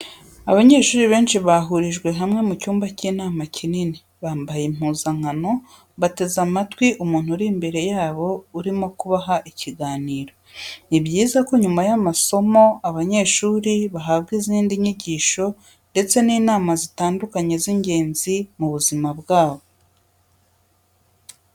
Abanyeshuri benshi bahurijwe hamwe mu cyumba cy'inama kinini, bambaye impuzankano bateze amatwi umuntu uri imbere yabo urimo kubaha ikiganiro. Ni byiza ko nyuma y'amasomo abanyeshuri bahabwa izindi nyigisho ndetse n'inama zitandukanye z'ingenzi mu buzima bwabo.